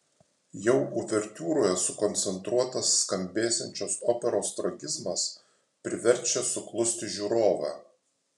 jau uvertiūroje sukoncentruotas skambėsiančios operos tragizmas priverčia suklusti žiūrovą